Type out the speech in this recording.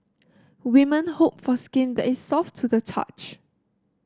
women hope for skin that is soft to the touch